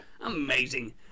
amazing